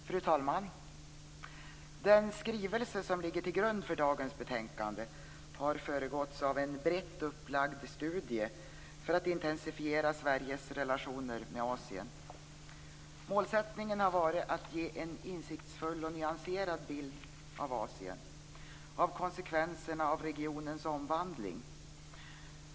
Fru talman! Den skrivelse som ligger till grund för dagens betänkande har föregåtts av en brett upplagd studie för att intensifiera Sveriges relationer med Asien. Målsättningen har varit att ge en insiktsfull och nyanserad bild av Asien och av konsekvenserna av regionens omvandling.